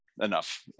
enough